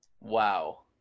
Wow